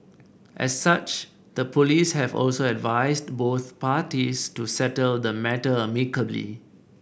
as such the police have also advised both parties to settle the matter amicably